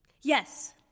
Yes